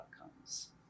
outcomes